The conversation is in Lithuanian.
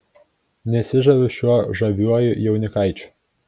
nesižaviu šiuo žaviuoju jaunikaičiu